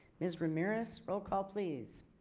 ms ramirez roll call please.